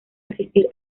asistir